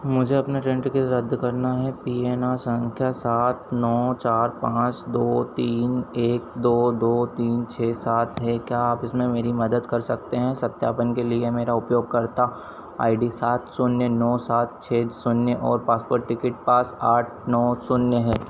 मुझे अपना train ticket रद्द करना है पी एन आर संख्या सात नौ चार पाँच दो तीन एक दो दो तीन छः सात है क्या आप इसमें मेरी मदद कर सकते हैं सत्यापन के लिए मेरा उपयोगकर्ता आई डी सात शून्य नौ सात छः शून्य और पासवर्ड टिकट पास आठ नौ शून्य है